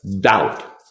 doubt